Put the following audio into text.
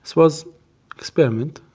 was experiment.